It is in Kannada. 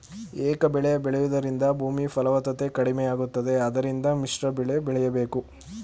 ಏಕಬೆಳೆ ಬೆಳೆಯೂದರಿಂದ ಭೂಮಿ ಫಲವತ್ತತೆ ಕಡಿಮೆಯಾಗುತ್ತದೆ ಆದ್ದರಿಂದ ಮಿಶ್ರಬೆಳೆ ಬೆಳೆಯಬೇಕು